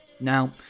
Now